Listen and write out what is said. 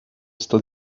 está